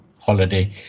holiday